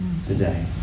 Today